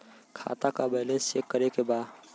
खाता का balance check करे के बा?